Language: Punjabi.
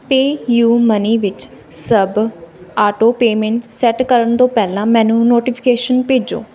ਪੇਯੁ ਮਨੀ ਵਿੱਚ ਸਭ ਆਟੋ ਪੇਮੈਂਟ ਸੈੱਟ ਕਰਨ ਤੋਂ ਪਹਿਲਾਂ ਮੈਨੂੰ ਨੋਟੀਫਿਕੇਸ਼ਨ ਭੇਜੋ